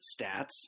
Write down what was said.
stats